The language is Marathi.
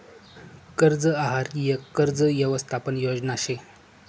कर्ज आहार यक कर्ज यवसथापन योजना शे